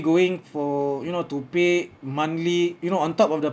going for you know to pay monthly you know on top of the